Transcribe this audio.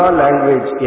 language